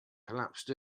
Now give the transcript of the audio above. collapsed